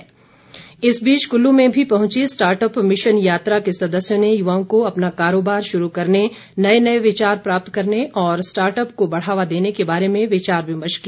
digital mission Kullu इस बीच कुल्लू में भी पहुंची स्टार्टअप मिशन यात्रा के सदस्यों ने युवाओं को अपना कारोबार शुरू करने नए नए विचार प्राप्त करने और स्टार्टअप को बढ़ावा देने के बारे में विचार विमर्श किया